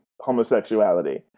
homosexuality